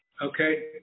Okay